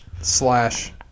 slash